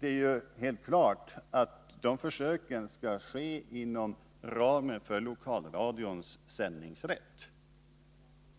Det är helt klart att försöken skall ske inom ramen för lokalradions sändningsrätt,